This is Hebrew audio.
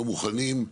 לא מוכנים,